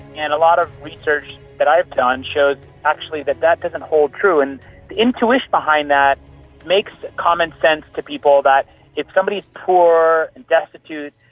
and a lot of research that i've done showed actually that that doesn't hold true, and the intuition behind that makes common sense to people that if somebody is poor, destitute,